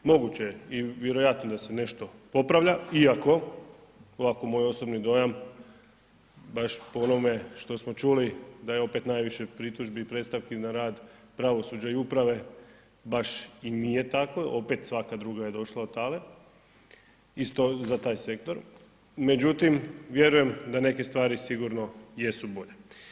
Moguće je i vjerojatno da se nešto popravlja iako ovako moj osobni dojam baš po onome što smo čuli, da je opet naviše pritužbi i predstavki na rad pravosuđa i uprave, baš i nije tako, opet svaka druga je došla od ... isto za taj sektor, međutim vjerujem da neke stvari sigurno jesu bolje.